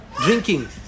Drinking